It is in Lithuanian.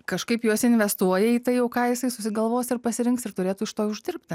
kažkaip juos investuoja į tai jau ką jisai susigalvos ir pasirinks ir turėtų iš to uždirbti